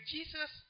Jesus